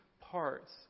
parts